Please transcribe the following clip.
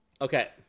Okay